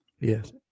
yes